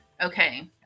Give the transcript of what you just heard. okay